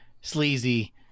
sleazy